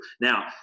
Now